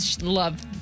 love